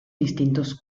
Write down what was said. distintos